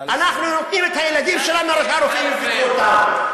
אנחנו נותנים את הילדים שלנו לרופאים שיבדקו אותם,